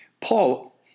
Paul